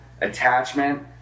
attachment